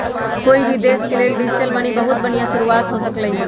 कोई भी देश के लेल डिजिटल मनी बहुत बनिहा शुरुआत हो सकलई ह